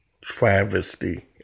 travesty